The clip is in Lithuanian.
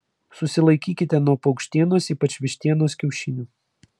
susilaikykite nuo paukštienos ypač vištienos kiaušinių